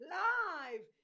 live